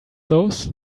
those